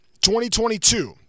2022